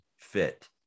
fit